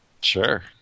Sure